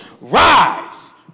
rise